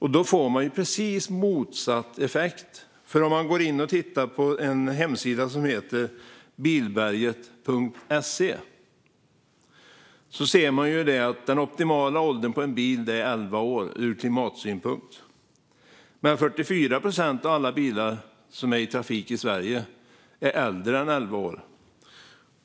Här får man precis motsatt effekt. På hemsidan Bilberget.se ser man att den optimala åldern på en bil ur klimatsynpunkt är elva år. Men 44 procent av alla bilar som är i trafik i Sverige är äldre än elva år.